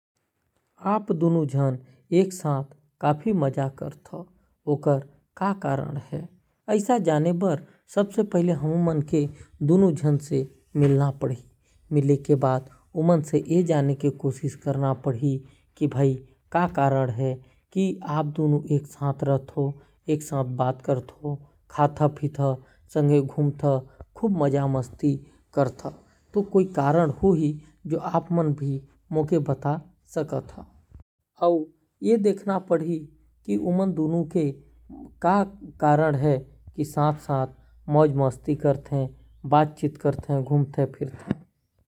आप दोनों झन काफी मजा कर था ऐसा जाने बर हमन ला दोनों से मिलना पढ़ी और जानना पढ़ी कि का कारण है। ओमन एक साथ रहते खाते पी थे और बहुत मजा कर थे क्या बात है मोला भी बता दा। और का कारण है कि साथ साथ घूमते मौज मस्ती कर थे और मजा कर थे।